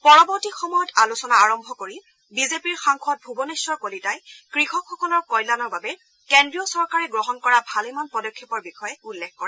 পৰৱৰ্তী সময়ত আলোচনা আৰম্ভ কৰি বিজেপিৰ সাংসদ ভূৱনেশ্বৰ কলিতাই কৃষকসকলৰ কল্যাণৰ বাবে কেজ্ৰীয় চৰকাৰে গ্ৰহণ কৰা ভালেমান পদক্ষেপৰ বিষয়ে উল্লেখ কৰে